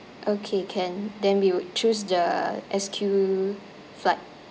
okay can then we would choose the S_Q flight